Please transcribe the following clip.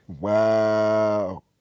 Wow